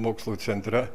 mokslų centre